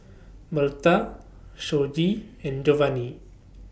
Bertha Shoji and Jovanni